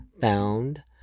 found